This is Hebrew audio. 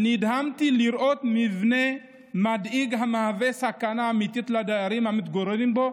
ונדהמתי לראות מבנה מדאיג המהווה סכנה אמיתית לדיירים המתגוררים בו,